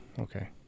okay